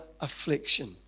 affliction